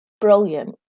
Brilliant